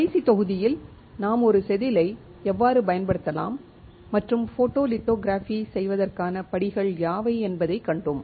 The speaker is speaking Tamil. கடைசி தொகுதியில் நாம் ஒரு செதிலை எவ்வாறு பயன்படுத்தலாம் மற்றும் போட்டோலிதோகிராபி செய்வதற்கான படிகள் யாவை என்பதைக் கண்டோம்